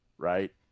Right